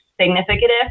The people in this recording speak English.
significant